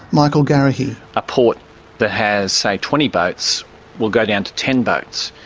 michael garrahy. a port that has, say, twenty boats will go down to ten boats.